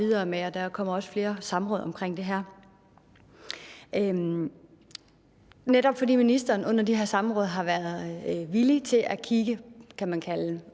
der kommer også flere samråd om det her. Netop fordi ministeren under de her samråd har været villig til at kigge ud af boksen,